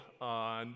on